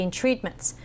treatments